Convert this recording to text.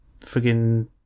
friggin